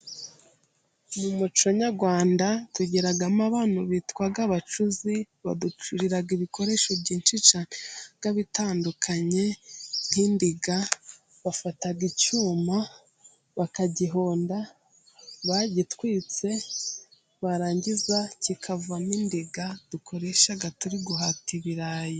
Mu muco nyarwanda tugiramo abantu bitwa abacuzi baducurira ibikoresho byinshi cyane biba bitandukanye nk'indiga, bafata icyuma bakagihonda bagitwitse barangiza kikavamo indiga dukoresha turi guhata ibirayi.